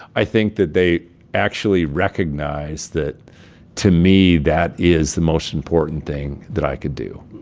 i think that they actually recognize that to me that is the most important thing that i could do.